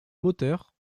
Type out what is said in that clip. moteur